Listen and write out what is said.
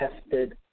tested